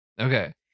Okay